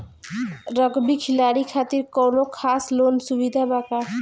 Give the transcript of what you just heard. Rugby खिलाड़ी खातिर कौनो खास लोन सुविधा बा का?